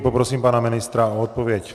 Poprosím pana ministra o odpověď.